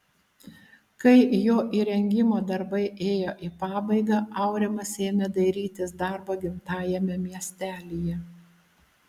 kai jo įrengimo darbai ėjo į pabaigą aurimas ėmė dairytis darbo gimtajame miestelyje